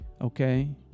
Okay